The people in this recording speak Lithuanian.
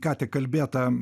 ką tik kalbėtą